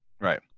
Right